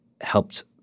helped